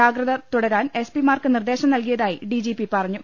ജാഗ്രത തുടരാൻ S P മാർക്ക് നിർദ്ദേശം നൽകിയതായി ഡിജിപി പറഞ്ഞു